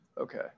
Okay